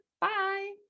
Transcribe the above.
Bye